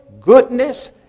goodness